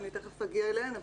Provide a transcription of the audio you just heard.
אני תיכף אגיע אליהן,